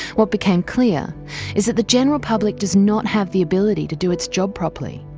what became clear is that the general public does not have the ability to do its job properly.